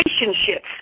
relationships